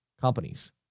companies